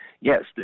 yes